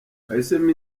wahisemo